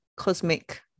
cosmic